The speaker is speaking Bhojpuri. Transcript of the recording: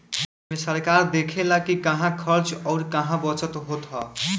एमे सरकार देखऽला कि कहां खर्च अउर कहा बचत होत हअ